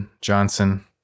Johnson